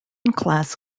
class